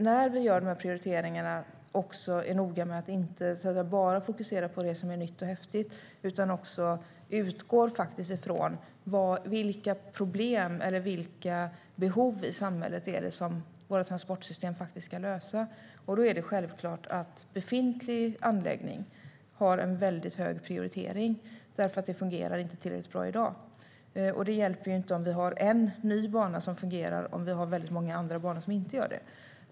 När vi gör prioriteringarna ska vi dock vara noga med att inte bara fokusera på det som är nytt och häftigt utan också utgå ifrån vilka problem eller vilka behov i samhället våra transportsystem faktiskt ska lösa. Då är det självklart att befintlig anläggning har väldigt hög prioritet, för den fungerar inte tillräckligt bra i dag. Det hjälper ju inte om vi har en ny bana som fungerar om vi har väldigt många andra banor som inte gör det.